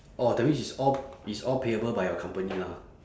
orh that means it's all it's all payable by your company lah